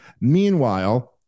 Meanwhile